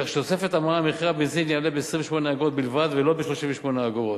כך שבתוספת המע"מ מחיר הבנזין יעלה ב-28 אגורות בלבד ולא ב-38 אגורות,